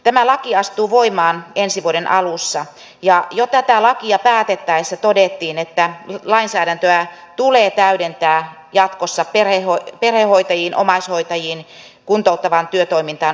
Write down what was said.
tämä laki astuu voimaan ensi vuoden alussa ja jo tätä lakia päätettäessä todettiin että lainsäädäntöä tulee täydentää jatkossa perhehoitajiin omaishoitajiin kuntouttavaan työtoimintaan osallistuviin